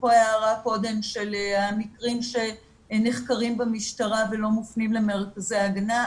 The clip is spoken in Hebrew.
אפרופו ההערה קודם של המקרים שנחקרים במשטרה ולא מופנים למרכזי הגנה.